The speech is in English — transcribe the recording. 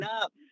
up